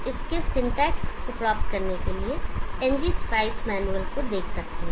आप इसे के सिंटैक्स को प्राप्त करने के लिए ngspice मैनुअल को देख सकते हैं